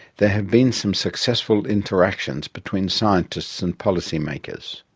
there have been some successful interactions between scientists and policy-makers.